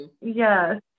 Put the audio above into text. Yes